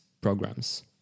programs